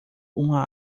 uma